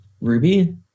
Ruby